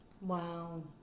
Wow